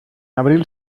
abril